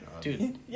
Dude